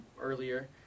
earlier